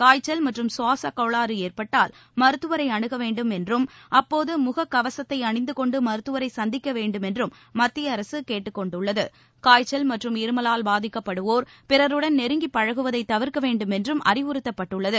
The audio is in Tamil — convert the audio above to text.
காய்ச்சல் மற்றும் சுவாசக் கோளாறு ஏற்பட்டால் மருத்துவரை அணுக வேண்டும் என்றும் அப்போது முகக்கவசத்தை அணிந்து கொண்டு மருத்துவரை சந்திக்க வேண்டுமென்றும் மத்திய அரசு கேட்டுக் கொண்டுள்ளது காய்ச்சல் மற்றும் இருமலால் பாதிக்கப்படுவோர் பிறருடன் நெருங்கி பழகுவதை தவிர்க்க வேண்டுமென்றும் அறிவுறுத்தப்பட்டுள்ளது